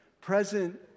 present